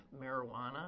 marijuana